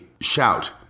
shout